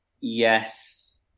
yes